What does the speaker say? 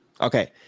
Okay